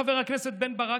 חבר הכנסת בן ברק,